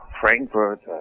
Frankfurt